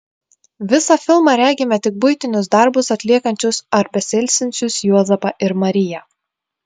visą filmą regime tik buitinius darbus atliekančius ar besiilsinčius juozapą ir mariją